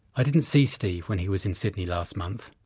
i didn't see steve when he was in sydney last month,